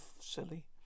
silly